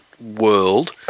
world